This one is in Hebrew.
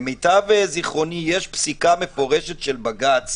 למטב זיכרוני, יש פסיקה מפורשת של בג"ץ